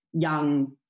young